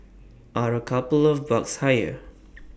are A couple of bucks higher